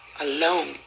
alone